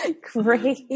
great